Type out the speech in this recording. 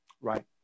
Right